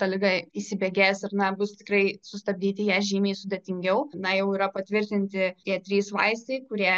ta liga įsibėgės ir na bus tikrai sustabdyti ją žymiai sudėtingiau na jau yra patvirtinti tie trys vaistai kurie